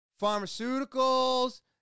Pharmaceuticals